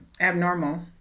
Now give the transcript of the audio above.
abnormal